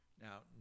now